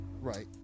right